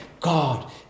God